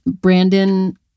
Brandon